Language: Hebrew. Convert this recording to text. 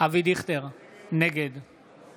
אבי דיכטר, נגד